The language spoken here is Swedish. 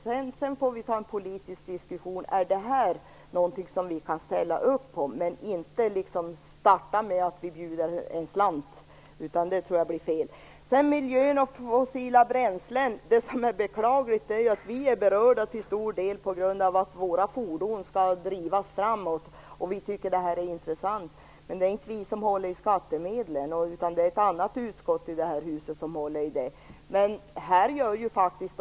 Sedan får vi ta en politisk diskussion om det är någonting som vi kan ställa upp på. Men vi skall inte starta med att bjuda en slant. Det tror jag blir fel. Det beklagliga när det gäller miljön och fossila bränslen är att vi till stor del är berörda på grund av att våra fordon skall drivas framåt och att vi tycker att det är intressant. Men det är inte vi som håller i skattemedlen, utan det gör ett annat utskott här i huset.